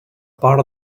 part